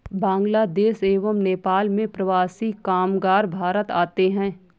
बांग्लादेश एवं नेपाल से प्रवासी कामगार भारत आते हैं